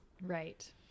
Right